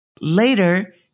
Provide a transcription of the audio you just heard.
Later